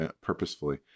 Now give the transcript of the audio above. purposefully